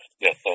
yes